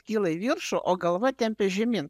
kyla į viršų o galva tempia žemyn